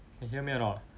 can hear me or not